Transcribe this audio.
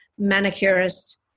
manicurists